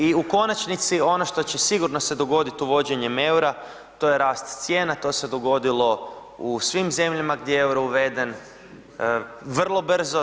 I u konačnici ono što će sigurno se dogodit uvođenjem EUR-a to je rast cijena, to se dogodilo u svim zemljama gdje je EUR-o uveden, vrlo brzo.